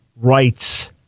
rights